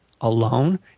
alone